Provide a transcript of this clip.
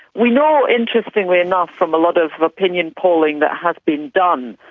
we know, interestingly enough, from a lot of opinion polling that has been done,